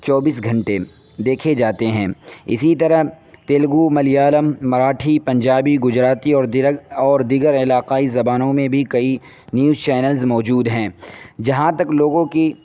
چوبیس گھنٹے دیکھے جاتے ہیں اسی طرح تیلگو ملیالم مراٹھی پنجابی گجراتی اور اور دیگر علاقائی زبانوں میں بھی کئی نیوز چینلز موجود ہیں جہاں تک لوگوں کی